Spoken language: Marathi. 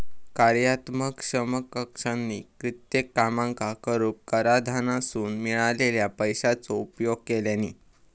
कार्यात्मक समकक्षानी कित्येक कामांका करूक कराधानासून मिळालेल्या पैशाचो उपयोग केल्यानी